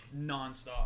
nonstop